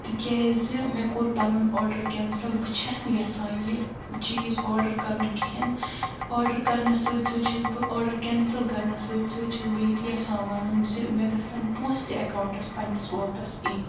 تِکیٛازِ مےٚ کوٚر پنُن آڈر کینسل بہٕ چھس نہٕ یژھان یہِ چیٖز آڈر کرُن کہیٖنۍ آڈر کرنس سۭتۍ سۭتۍ چھس بہٕ آڈر کینسل کرنس سۭتۍ سۭتۍ چھس بہٕ یِتہِ یژھان ونُن زِ مےٚ گژھن پونٛسہٕ تہِ اکاونٹس پننس واپس یِنۍ